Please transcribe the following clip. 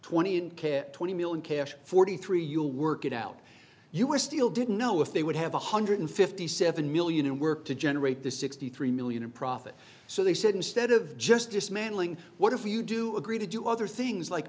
twenty and twenty mil in cash forty three you'll work it out you were still didn't know if they would have one hundred fifty seven million in work to generate the sixty three million in profit so they said instead of just dismantling what if you do agree to do other things like